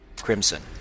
crimson